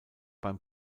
beim